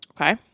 Okay